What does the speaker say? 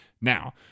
Now